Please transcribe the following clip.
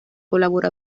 colaboró